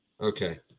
Okay